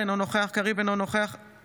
אינו נוכח יצחק פינדרוס,